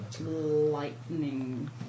lightning